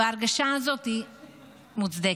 וההרגשה הזאת היא מוצדקת.